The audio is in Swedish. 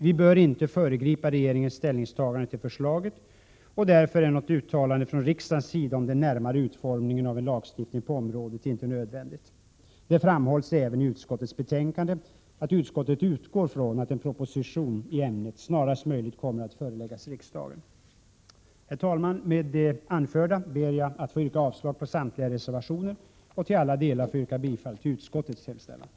Vi bör inte föregripa regeringens ställningstagande till förslaget, och därför är något uttalande från riksdagens sida om den närmare utformningen av en lagstiftning på området inte nödvändigt. Det framhålls även i utskottets betänkande att utskottet utgår från att en proposition i ämnet snarast möjligt kommer att föreläggas riksdagen. Herr talman! Med det anförda ber jag att få yrka avslag på samtliga reservationer och att till alla delar få yrka bifall till utskottets hemställan.